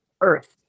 Earth